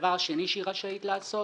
הדבר השני שהיא רשאית לעשות